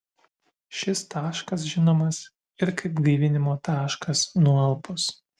šis taškas žinomas ir kaip gaivinimo taškas nualpus